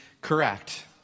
correct